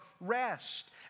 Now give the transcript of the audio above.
rest